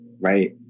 right